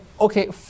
okay